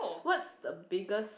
what's the biggest